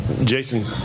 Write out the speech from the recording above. Jason